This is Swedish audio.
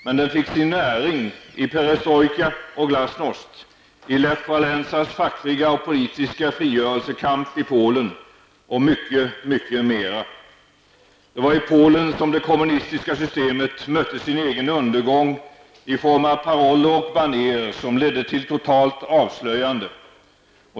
Men den fick sin näring i perestrojka och glasnost, i Lech Walesas fackliga och politiska frigörelsekamp i Polen och mycket mera. Det var i Polen som det kommunistiska systemet mötte sin egen undergång i form av paroller och banér, som ledde till ett totalt avslöjande.